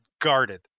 guarded